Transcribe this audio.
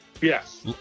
Yes